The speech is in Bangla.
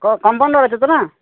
কম্পাউন্ডার আছে তো না